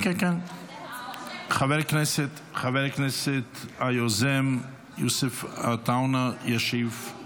חבר הכנסת היוזם יוסף עטאונה ישיב על